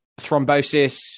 thrombosis